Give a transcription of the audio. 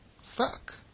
fuck